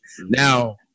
now